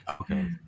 Okay